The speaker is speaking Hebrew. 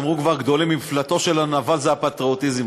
אמרו כבר גדולים: מפלטו של הנבל זה הפטריוטיזם.